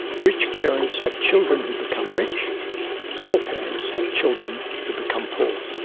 rich parents have children who become rich poor parents have children who become poor.